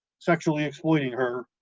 sexually exploiting her,